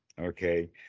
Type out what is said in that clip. okay